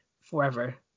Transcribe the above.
forever